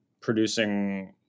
producing